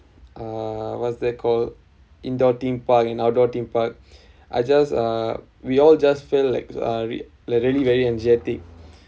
uh what's they call indoor theme park and outdoor theme park I just uh we all just fell like are re~ like very energetic